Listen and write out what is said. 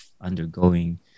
undergoing